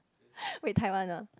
wait Taiwan ah